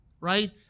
right